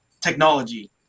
technology